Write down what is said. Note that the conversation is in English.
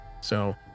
so-